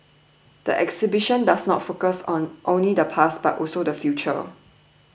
the exhibition does not focus on only the past but also the future